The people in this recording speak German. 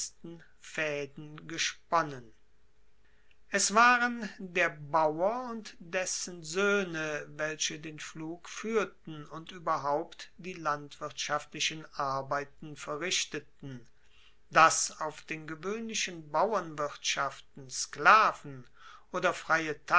interpoliert es waren der bauer und dessen soehne welche den pflug fuehrten und ueberhaupt die landwirtschaftlichen arbeiten verrichteten dass auf den gewoehnlichen bauernwirtschaften sklaven